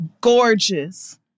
Gorgeous